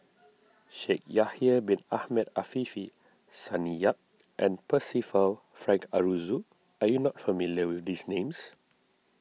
Shaikh Yahya Bin Ahmed Afifi Sonny Yap and Percival Frank Aroozoo you are not familiar with these names